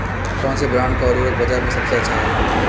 कौनसे ब्रांड का उर्वरक बाज़ार में सबसे अच्छा हैं?